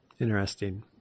Interesting